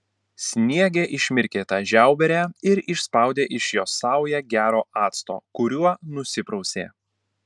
sniege išmirkė tą žiauberę ir išspaudė iš jos saują gero acto kuriuo nusiprausė